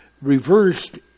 reversed